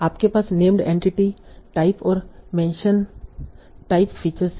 आपने पास named entity type और मेंशन टाइप फीचर्स हैं